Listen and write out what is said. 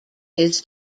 his